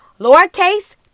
lowercase